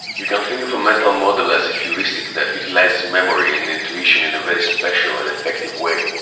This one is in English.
you can think of a mental model as a heuristic that utilizes memory and intuition in a very special and effective way.